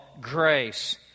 grace